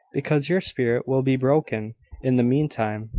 because your spirit will be broken in the mean time.